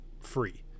free